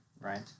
Right